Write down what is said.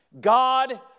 God